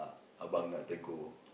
uh about nak tegur